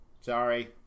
Sorry